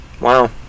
wow